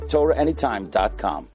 TorahAnytime.com